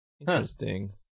Interesting